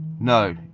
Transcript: no